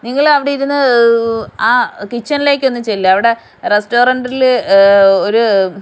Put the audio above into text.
നിങ്ങൾ അവിടെ ഇരുന്ന് ആ കിച്ചണിലേക്ക് ഒന്ന് ചെല്ല് അവിടെ റെസ്റ്റോറൻ്റിൽ ഒരു